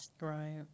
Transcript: Right